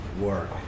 work